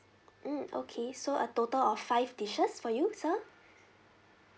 mm okay so a total of five dishes for you sir